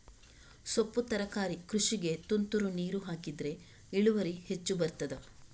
ಸೊಪ್ಪು ತರಕಾರಿ ಕೃಷಿಗೆ ತುಂತುರು ನೀರು ಹಾಕಿದ್ರೆ ಇಳುವರಿ ಹೆಚ್ಚು ಬರ್ತದ?